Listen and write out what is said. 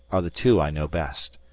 are the two i know best.